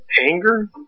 anger